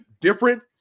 different